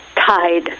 tide